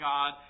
God